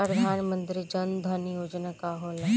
प्रधानमंत्री जन धन योजना का होला?